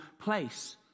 place